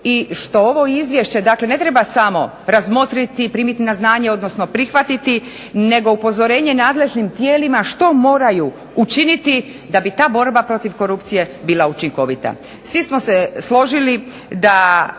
i što ovo izvješće, dakle ne treba samo razmotriti, primiti na znanje, odnosno prihvatiti nego upozorenje nadležnim tijelima što moraju učiniti da bi ta borba protiv korupcije bila učinkovita. Svi smo se složili da